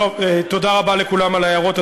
תודה רבה לכולם על ההערות.